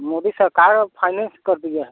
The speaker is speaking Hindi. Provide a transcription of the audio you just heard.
मोदी सरकार अब फाइनेंस कर दिए है